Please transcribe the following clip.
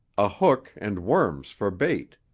a hook and worms for bait.